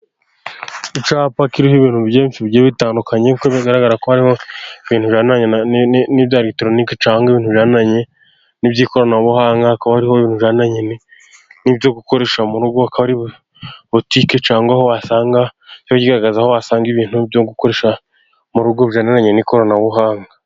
Icyapa kiriho ibintu byinshi bigiye bitandukanye, kuko bigaragara ko hariho ibintu bijyaniranye n'ibya eregitoronike, cyangwa ibintu bijyaniranye n'iby'ikoranabuhanga, hakaba hariho ibintu bijyaniranye n'ibyo gukoresha mu rugo, hakaba hari butike cyangwa aho wasanga ibintu byo gukoresha mu rugo binyuranye, n'iby'ikoranabuhanga.